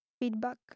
feedback